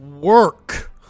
work